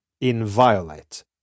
inviolate